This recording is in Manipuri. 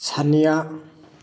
ꯁꯟꯅ꯭ꯌꯥ